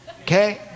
okay